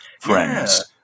friends